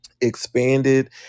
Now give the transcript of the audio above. expanded